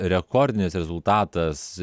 rekordinis rezultatas